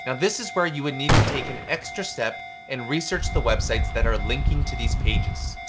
and this is where you would need to take an extra step and research the websites that are linking to these pages.